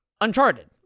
Uncharted